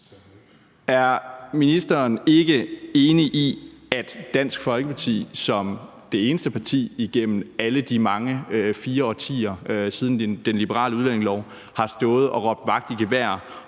Er ministeren ikke enig i, at Dansk Folkeparti som det eneste parti igennem alle de 4 årtier siden den liberale udlændingelov har stået og råbt vagt i gevær